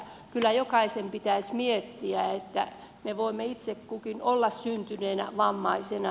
kyllä jokaisen pitäisi miettiä että me voimme itse kukin olla syntyneenä vammaisena